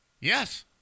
Yes